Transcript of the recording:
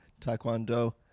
taekwondo